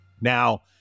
Now